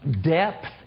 Depth